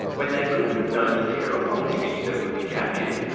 when they couldn't have known the terrifying image that would be captured.